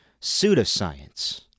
pseudoscience